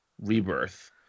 Rebirth